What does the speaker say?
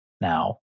now